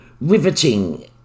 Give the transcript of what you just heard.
Riveting